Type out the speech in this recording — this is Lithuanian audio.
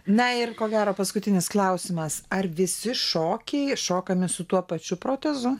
na ir ko gero paskutinis klausimas ar visi šokiai šokami su tuo pačiu protezu